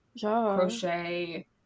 crochet